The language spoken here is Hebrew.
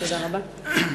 תודה רבה.